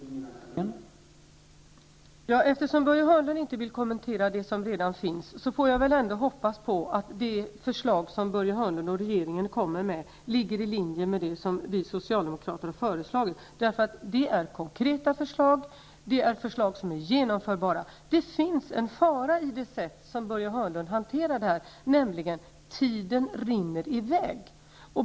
Herr talman! Eftersom Börje Hörnlund inte vill kommentera de förslag som redan finns, får jag väl ändå hoppas på att de förslag som Börje Hörnlund och regeringen kommer med ligger i linje med det som vi socialdemokrater har föreslagit. Förslagen är konkreta och går att genomföra. Det finns en fara i det sätt på vilket Börje Hörnlund hanterar detta, nämligen: Tiden rinner i väg.